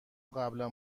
قبلا